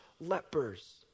lepers